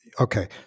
Okay